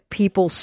people